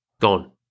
Gone